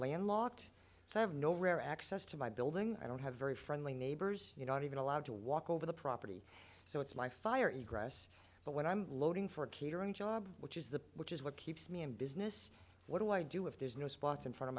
landlocked so i have no rare access to my building i don't have very friendly neighbors you know not even allowed to walk over the property so it's my fire and grass but when i'm loading for a catering job which is the which is what keeps me in business what do i do if there's no spots in front of